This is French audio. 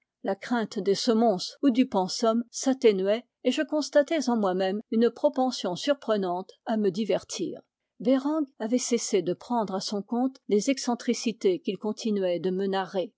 la crainte des semonces ou du pensum s'atténuait et je constatais en moi-même une propension surprenante à me divertir bereng avait cessé de prendre à son compte les excentricités qu'il continuait de